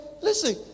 Listen